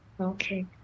Okay